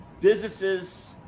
businesses